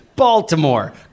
Baltimore